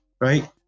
right